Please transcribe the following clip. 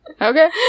Okay